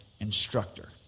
instructor